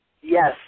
Yes